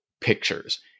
pictures